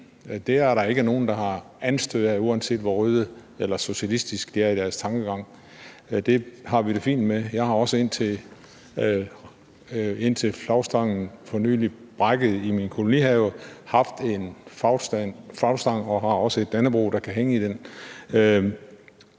Det er der ikke nogen, der tager anstød af, uanset hvor røde eller socialistiske de er i deres tankegang. Det har vi det fint med. Jeg har også, indtil flagstangen for nylig brækkede i min kolonihave, haft en flagstang og har også et dannebrog, der kan hænge i den.